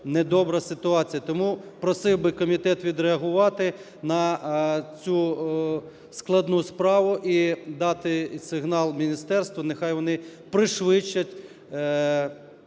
недобра ситуація. Тому просив би комітет відреагувати на цю складну справу і дати сигнал Міністерству нехай вони пришвидшать